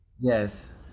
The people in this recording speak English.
Yes